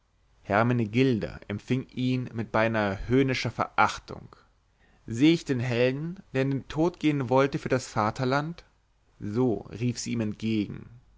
hermenegilda empfing ihn mit beinahe höhnender verachtung seh ich den helden der in den tod gehen wollte für das vaterland so rief sie ihm entgegen